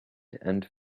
and